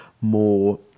more